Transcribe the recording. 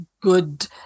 good